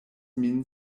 min